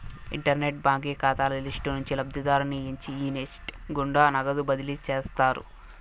internet బాంకీ కాతాల list నుంచి లబ్ధిదారుని ఎంచి ఈ నెస్ట్ గుండా నగదు బదిలీ చేస్తారు